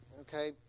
Okay